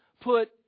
put